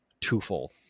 twofold